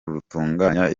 rutunganya